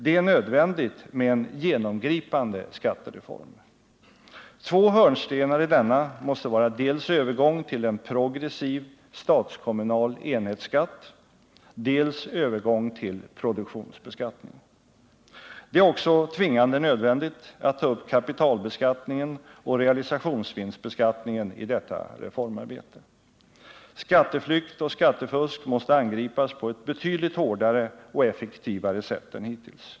Det är nödvändigt med en genomgripande skattereform. Två hörnstenar i denna måste vara dels övergång till en progressiv statskommunal enhetsskatt, dels övergång till produktionsbeskattning. Det är också tvingande nödvändigt att ta upp kapitalbeskattningen och realisationsvinstbeskattningen i detta reformarbete. Skatteflykt och skattefusk måste angripas på ett betydligt hårdare och effektivare sätt än hittills.